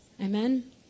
Amen